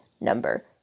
number